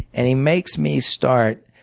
and he makes me start,